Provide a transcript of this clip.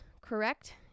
correct